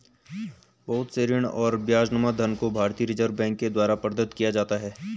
बहुत से ऋण और ब्याजनुमा धन को भारतीय रिजर्ब बैंक के द्वारा प्रदत्त किया जाता है